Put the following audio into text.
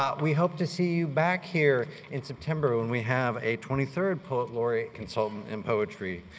ah we hope to see you back here in september when we have a twenty third poet laureate consultant and poetry.